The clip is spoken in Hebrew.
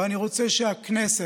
ואני רוצה שהכנסת,